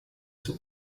zur